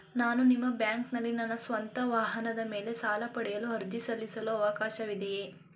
ನಾನು ನಿಮ್ಮ ಬ್ಯಾಂಕಿನಲ್ಲಿ ನನ್ನ ಸ್ವಂತ ವಾಹನದ ಮೇಲೆ ಸಾಲ ಪಡೆಯಲು ಅರ್ಜಿ ಸಲ್ಲಿಸಲು ಅವಕಾಶವಿದೆಯೇ?